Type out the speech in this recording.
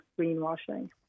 greenwashing